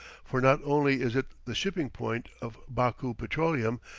for not only is it the shipping point of baku petroleum,